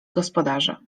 gospodarze